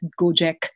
Gojek